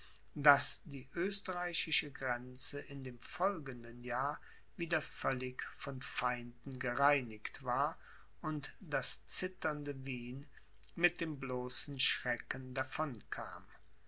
daß die österreichische grenze in dem folgenden jahr wieder völlig von feinden gereinigt war und das zitternde wien mit dem bloßen schrecken